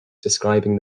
describing